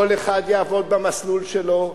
כל אחד יעבוד במסלול שלו,